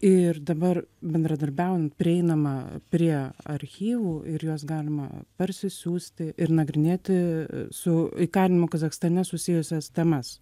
ir dabar bendradarbiaujant prieinama prie archyvų ir juos galima parsisiųsti ir nagrinėti su įkalinimo kazachstane susijusias temas